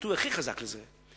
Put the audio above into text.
הביטוי הכי חזק לזה,